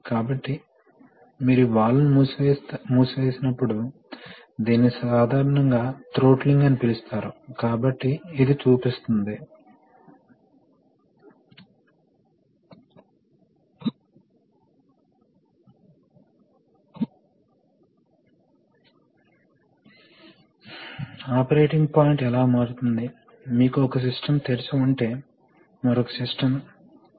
కాబట్టి ఇది స్వేచ్ఛగా కదలదు కాబట్టి మీకు తెలుసు ఆ విధంగా సాఫ్ట్ లాక్ వస్తుంది కాబట్టి మీరు వివిధ రకాలైన సర్క్యూట్లను కలిగి ఉండవచ్చు మరియు వాటిలో కొన్నింటిని తరువాత చూస్తాము